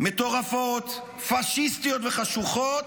מטורפות, פאשיסטיות וחשוכות,